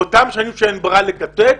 באותן שנים שאין ברירה לקצץ,